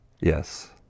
Yes